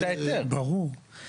ברור.